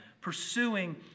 pursuing